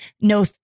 no